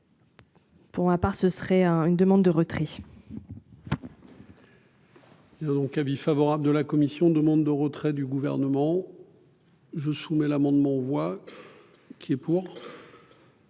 Pour ma part, ce serait un une demande de retrait.